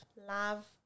love